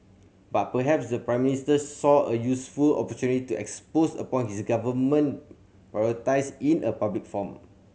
but perhaps the Prime Minister saw a useful opportunity to upon his government in a public forum